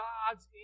God's